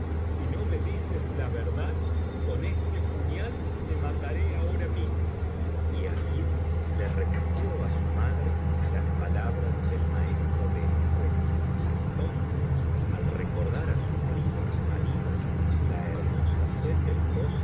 si no me dices la verdad con este puñal me mataré ahora mismo y agib le repitió á su madre las palabras del maestro de escuela entonces al recordar á su primo y marido la hermosa sett